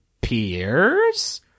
peers